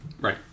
Right